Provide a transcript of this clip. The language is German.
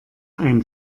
ein